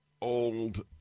old